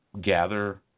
gather